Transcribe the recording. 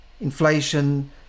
inflation